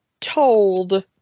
told